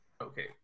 Okay